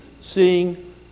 seeing